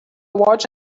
watch